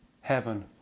heaven